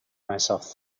myself